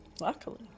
Luckily